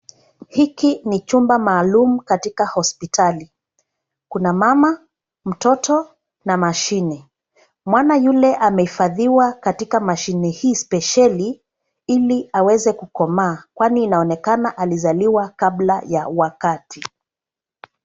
Hiki ni chumba maalum katika hospitali, kuna mama, mtoto na mashine. Mwana yule amehifadhiwa katika mashine hii spesheli ili aweze kukomaa, kwani inaonekana alizaliwa kabla ya wakati.